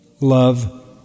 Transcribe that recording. love